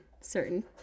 certain